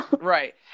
Right